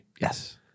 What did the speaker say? Yes